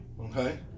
okay